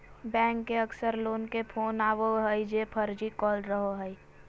bank से अक्सर लोग के फोन आवो हइ जे फर्जी कॉल रहो हइ